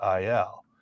il